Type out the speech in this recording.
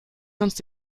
sonst